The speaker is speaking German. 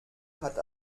hat